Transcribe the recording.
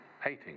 hating